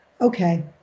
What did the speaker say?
okay